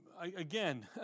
again